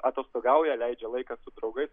atostogauja leidžia laiką su draugais